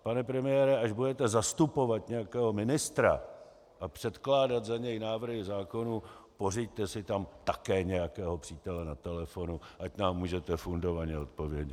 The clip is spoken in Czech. Pane premiére, až budete zastupovat nějakého ministra a předkládat za něj návrhy zákonů, pořiďte si tam také nějakého přítele na telefonu, ať nám můžete fundovaně odpovědět.